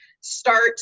start